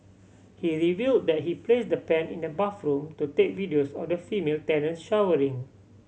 he reveal that he placed the pen in the bathroom to take videos of the female tenant showering